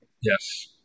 Yes